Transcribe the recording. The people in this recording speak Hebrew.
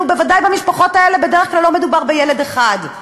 ובוודאי במשפחות האלה בדרך כלל לא מדובר בילד אחד.